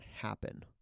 happen